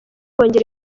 kongera